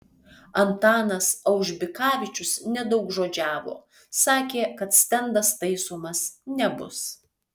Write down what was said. antanas aužbikavičius nedaugžodžiavo sakė kad stendas taisomas nebus